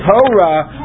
Torah